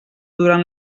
durant